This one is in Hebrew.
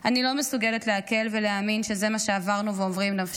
אני לא מסוגלת לעכל ולהאמין שזה מה שעברנו ועוברים נפשית.